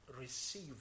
receive